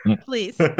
please